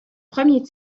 premier